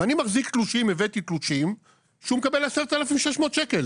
ואני מחזיק תלושים שבהם רשום שהוא מקבל 10,600 ₪?